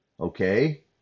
okay